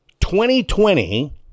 2020